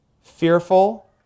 fearful